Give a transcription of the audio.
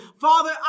Father